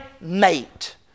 mate